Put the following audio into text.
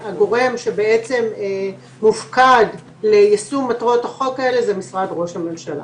שהגורם שמופקד ליישום מטרות החוק האלה זה משרד ראש הממשלה.